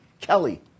Kelly